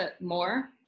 more